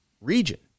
region